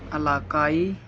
अलाकाई